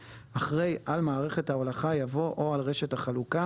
אחרי "על מערכת ההולכה" יבוא "או על רשת החלוקה"